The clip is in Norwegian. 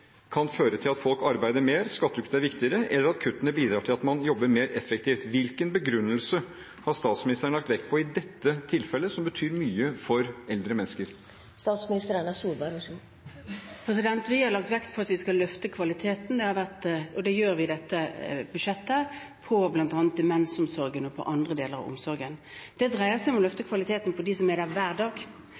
kan føre til at folk arbeider mer, at skattekuttene er viktigere, eller at kuttene bidrar til at man jobber mer effektivt. Hvilken begrunnelse har statsministeren lagt vekt på i dette tilfellet, som betyr mye for eldre mennesker? Vi har lagt vekt på at vi skal løfte kvaliteten – og det gjør vi i dette budsjettet – i bl.a. demensomsorgen og andre deler av omsorgen. Det dreier seg om å løfte kvaliteten gjennom dem som er der hver dag.